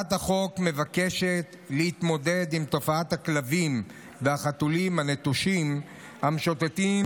הצעת החוק מבקשת להתמודד עם תופעת הכלבים והחתולים הנטושים והמשוטטים